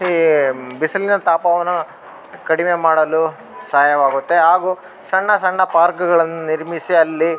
ಈ ಬಿಸಿಲಿನ ತಾಪವನ್ನು ಕಡಿಮೆ ಮಾಡಲು ಸಹಾಯವಾಗುತ್ತೆ ಹಾಗೂ ಸಣ್ಣ ಸಣ್ಣ ಪಾರ್ಕ್ಗಳನ್ನ ನಿರ್ಮಿಸಿ ಅಲ್ಲಿ